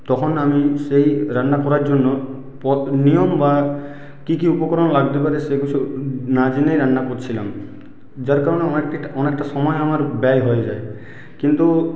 তখন আমি সেই রান্না করার জন্য পদ নিয়ম বা কী কী উপকরণ লাগতে পারে সেগুলো না জেনেই রান্না করেছিলাম যার কারণে অনেকটি অনেকটা সময় আমার ব্যয় হয়ে যায় কিন্তু